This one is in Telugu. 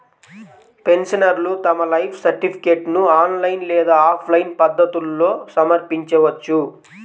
పెన్షనర్లు తమ లైఫ్ సర్టిఫికేట్ను ఆన్లైన్ లేదా ఆఫ్లైన్ పద్ధతుల్లో సమర్పించవచ్చు